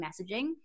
messaging